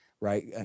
right